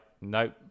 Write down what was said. nope